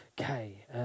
okay